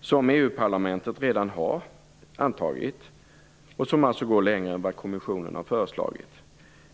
som går längre än kommissionen har föreslagit och som EU parlamentet redan har antagit.